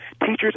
Teachers